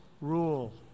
rule